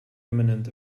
imminent